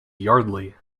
yardley